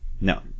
No